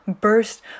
burst